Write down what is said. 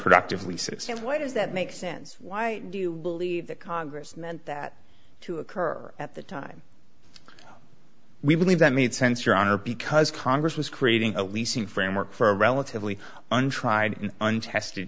productive leases and ways that make sense why do you believe the congress that to occur at the time we believe that made sense your honor because congress was creating a leasing framework for a relatively untried and untested